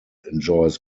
enjoys